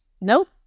nope